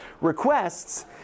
requests